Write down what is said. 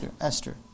Esther